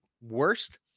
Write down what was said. worst